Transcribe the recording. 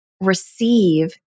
receive